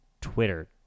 Twitter